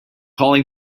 calling